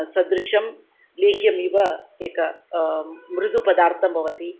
सदृशं लेह्यमिव एकं मृदुपदार्थं भवति